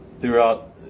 throughout